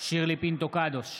שירלי פינטו קדוש,